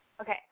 Okay